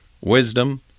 wisdom